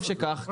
טוב שכך.